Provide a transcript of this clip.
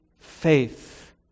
faith